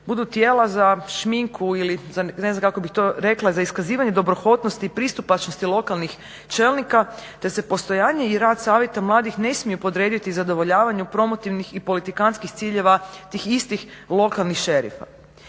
budu tijela za šminku ili za ne znam kako bi to rekla za iskazivanje dobrohotnosti i pristupačnosti lokalnih čelnika te se postojanje i rad savjeta mladih ne smije podrediti zadovoljavanju promotivnih i politikantskih ciljeva tih istih lokalnih šerifa.